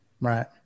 right